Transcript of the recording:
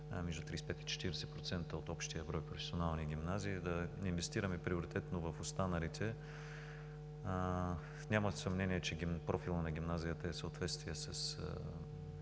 между 35 и 40% от общия брой професионални гимназии, да инвестираме приоритетно в останалите. Няма съмнение, че специалностите в гимназията са в съответствие с